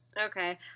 Okay